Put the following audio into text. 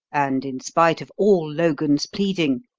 and, in spite of all logan's pleading,